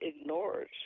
ignores